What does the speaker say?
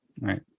Right